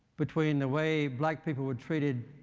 between the way black people were treated